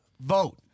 Vote